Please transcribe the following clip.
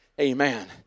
Amen